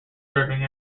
serving